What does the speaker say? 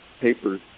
papers